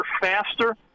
faster